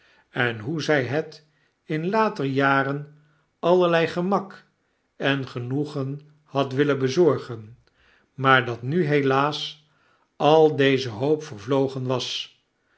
en hoe zij het in later jaren allerlei gemak en genoegen had willen bezorgen maar dat nu helaas al deze hoop vervlogen was